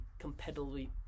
competitively